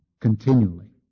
continually